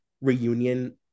reunion